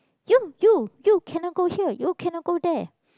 you you you cannot go here you cannot go there